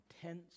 intense